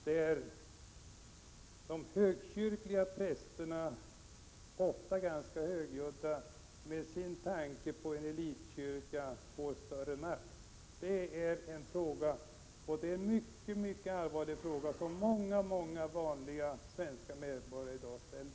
Det är de högkyrkliga prästerna som ofta är högljudda med sina tankar på en elitkyrka och större makt. Detta är en mycket allvarlig fråga som många vanliga svenska medborgare ställer.